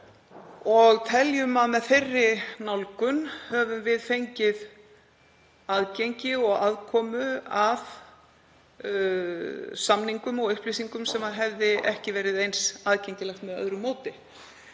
við teljum að með þeirri nálgun höfum við fengið aðgengi og aðkomu að samningum og upplýsingum sem hefðu ekki verið eins aðgengilegar með öðru móti.